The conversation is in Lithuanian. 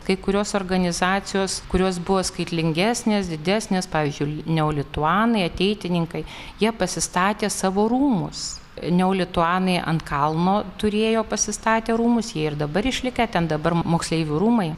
kai kurios organizacijos kurios buvo skaitlingesnės didesnės pavyzdžiui neolituanai ateitininkai jie pasistatė savo rūmus neolituanai ant kalno turėjo pasistatę rūmus jie ir dabar išlikę ten dabar moksleivių rūmai